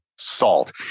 salt